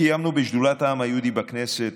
בשדולת העם היהודי בכנסת,